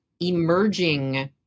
emerging